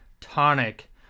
tonic